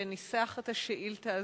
שניסח את השאילתא הזאת,